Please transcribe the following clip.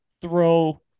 throw